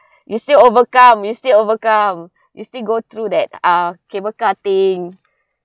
you still overcome you still overcome you still go through that uh cable car thing